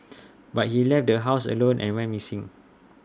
but he left the house alone and went missing